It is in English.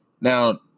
Now